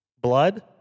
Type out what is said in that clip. Blood